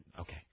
Okay